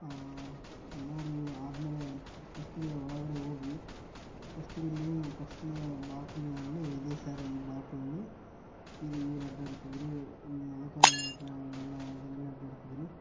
ನೋಡಿ ಆದ ಮೇಲೆ ಪಸ್ಟಿಗೆ ಒಳಗಡೆ ಹೋದ್ವಿ ಪಸ್ಟ್ಗೆ ಮೇಲೆ ಪಸ್ಟ್ನೇ ಬಾಗ್ಲಿನಲ್ಲಿ ಇದೇ ಸರ್ ಈ ಬಾಗ್ಲಲ್ಲಿ ಇದು ಇವ್ರು ಅಡ್ಡಾಡ್ತಿದ್ದರು ಮದಕರಿ ನಾಯಕ ಇವರೆಲ್ಲ ಇದರಲ್ಲೆ ಅಡ್ಡಾಡ್ತಿದ್ದರು